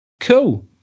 Cool